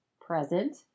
present